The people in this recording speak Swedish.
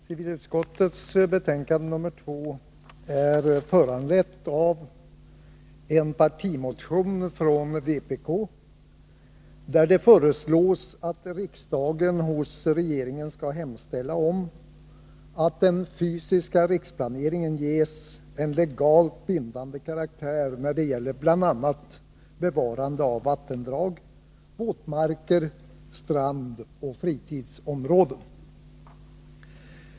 Civilutskottets betänkande 2 är föranlett av en partimotion från vpk, i vilken det föreslås att riksdagen hos regeringen skall hemställa om att den fysiska riksplaneringen ges en legalt bindande karaktär när det gäller bl.a. bevarande av vattendrag, våtmarker, strandoch fritidsområden.